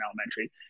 elementary